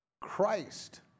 Christ